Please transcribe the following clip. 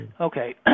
Okay